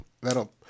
that'll